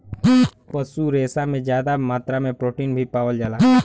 पशु रेसा में जादा मात्रा में प्रोटीन भी पावल जाला